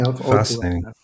Fascinating